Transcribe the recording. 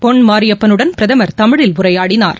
பொன் மாரியப்பனுடன் பிரதமர் தமிழில் உரையாடினார்